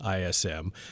ISM